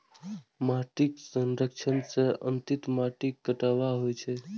माटिक क्षरण सं अंततः माटिक कटाव होइ छै